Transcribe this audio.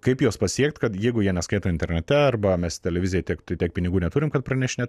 kaip juos pasiekt kad jeigu jie neskaito internete arba mes televizijai tiek tiek pinigų neturim kad pranešinėt